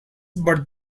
but